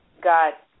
got